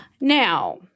now